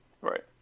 Right